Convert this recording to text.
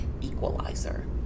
equalizer